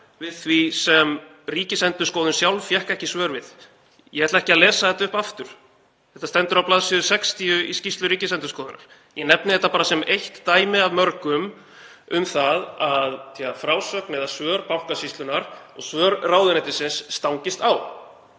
við því sem Ríkisendurskoðun sjálf fékk ekki svör við. Ég ætla ekki að lesa þetta upp aftur. Þetta stendur á bls. 60 í skýrslu Ríkisendurskoðunar. Ég nefni þetta bara sem eitt dæmi af mörgum um það að frásögn eða svör Bankasýslunnar og svör ráðuneytisins stangist á.